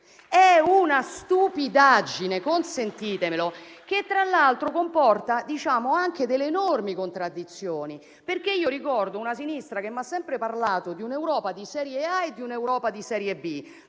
È una stupidaggine, consentitemelo, che tra l'altro comporta anche delle enormi contraddizioni. Ricordo una sinistra che mi ha sempre parlato di un'Europa di serie A e di un'Europa di serie B,